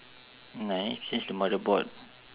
change the motherboard